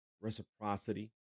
reciprocity